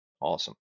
Awesome